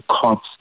cops